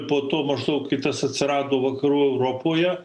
po to maždaug kai tas atsirado vakarų europoje